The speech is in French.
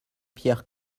pierre